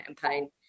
campaign